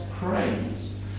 praise